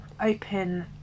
open